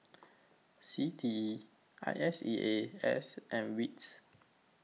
C T E I S E A S and WITS